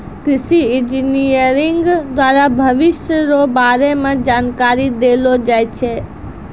कृषि इंजीनियरिंग द्वारा भविष्य रो बारे मे जानकारी देलो जाय छै